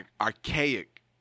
archaic